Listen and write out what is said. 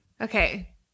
Okay